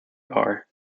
are